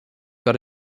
got